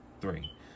three